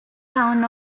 town